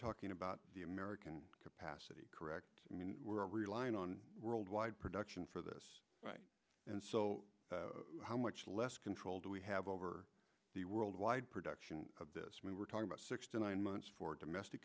talking about the american capacity correct and we're relying on worldwide production for this and so how much less control do we have over the worldwide production of this we were talking about six to nine months for domestic